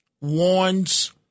warns